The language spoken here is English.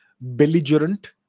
belligerent